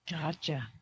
Gotcha